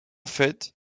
fait